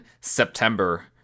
September